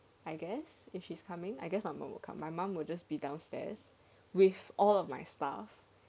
I guess if she's coming I guess my mum won't come up my mum will just be downstairs with all of my stuff